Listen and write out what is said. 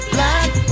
Black